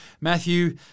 Matthew